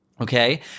okay